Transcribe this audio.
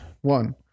One